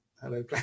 hello